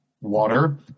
water